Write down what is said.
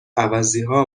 عوضیها